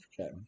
Okay